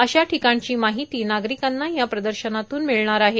अशा ठिकाणची माहिती नागरिकांना या एक्स्पोतून मिळणार आहे